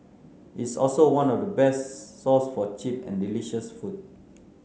it's also one of the best source for cheap and delicious food